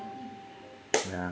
yeah